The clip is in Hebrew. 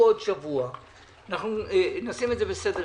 אני יושב במתח.